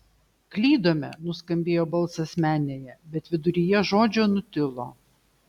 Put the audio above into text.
klydome nuskambėjo balsas menėje bet viduryje žodžio nutilo